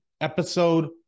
episode